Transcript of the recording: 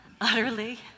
utterly